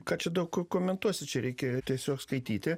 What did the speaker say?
ką čia daug ko komentuosi čia reikia tiesiog skaityti